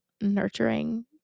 nurturing